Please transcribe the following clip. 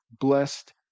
blessed